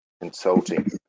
consulting